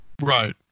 Right